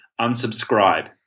unsubscribe